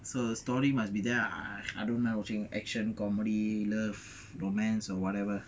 so the story must be there I don't mind watching action comedy love romance or whatever